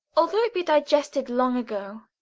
although it be digested long ago,